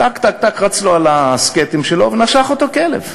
טק-טק-טק רץ לו על הסקטים שלו, ונשך אותו כלב.